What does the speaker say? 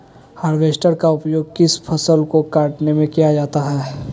Harvester का उपयोग किस फसल को कटने में किया जाता है?